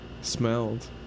smelled